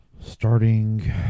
Starting